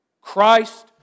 Christ